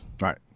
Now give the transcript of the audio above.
Right